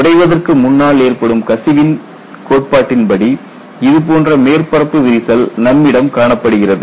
உடைவதற்கு முன்னால் ஏற்படும் கசிவின் கோட்பாட்டின் படி இது போன்ற மேற்பரப்பு விரிசல் நம்மிடம் காணப்படுகிறது